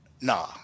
Nah